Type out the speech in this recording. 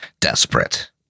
desperate